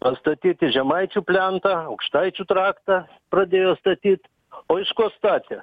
atstatyti žemaičių plentą aukštaičių traktą pradėjo statyt o iš ko statė